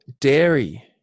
Dairy